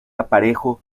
aparejo